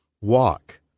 walk